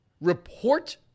report